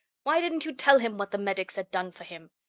why didn't you tell him what the medics had done for him?